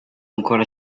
ancora